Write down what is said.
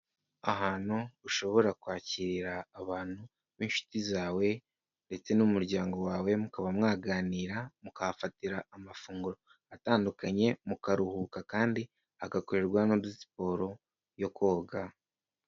Ahantu ushobora kwakirira abantu b'inshuti zawe ndetse n'umuryango wawe, mukaba mwaganira mukafatira amafunguro atandukanye, mukaruhuka kandi hagakorerwa n' udusiporo yo koga.